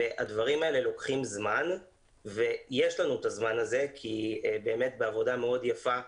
הדברים האלה לוקחים זמן ויש לנו את הזמן הזה כי באמת בעבודה מאוד יפה,